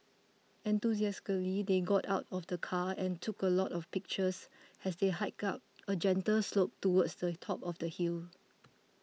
enthusiastically they got out of the car and took a lot of pictures as they hiked up a gentle slope towards the top of the hill